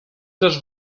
też